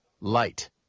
LIGHT